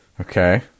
Okay